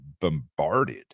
bombarded